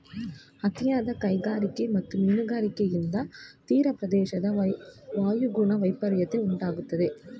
ಅತಿಯಾದ ಕೈಗಾರಿಕೆ ಮತ್ತು ಮೀನುಗಾರಿಕೆಯಿಂದ ತೀರಪ್ರದೇಶದ ವಾಯುಗುಣ ವೈಪರಿತ್ಯ ಉಂಟಾಗಿದೆ